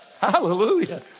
Hallelujah